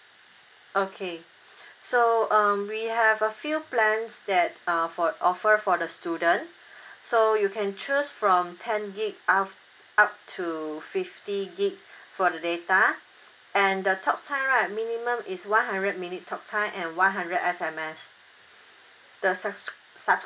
okay so um we have a few plans that uh for the offer for the student so you can choose from ten gig up to fifty gig for the data and the talk time right minimum is one hundred minute talk time and one hundred S_M_S the sub~ subscription